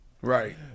Right